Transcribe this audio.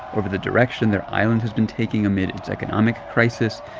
over the direction their island has been taking amid its economic crisis,